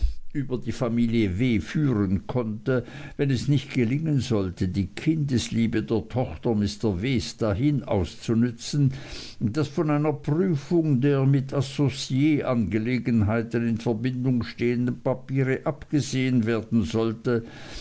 über die familie w führen konnte wenn es nicht gelingen sollte die kindesliebe der tochter mr ws dahin auszunützen daß von einer prüfung der mit associeangelegenheiten in verbindung stehenden papiere abgesehen werden sollte